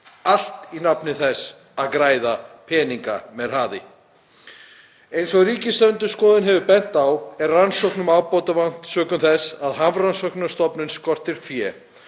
allt í nafni þess að græða peninga með hraði. Eins og Ríkisendurskoðun hefur bent á er rannsóknum ábótavant sökum þess að Hafrannsóknastofnun skortir fé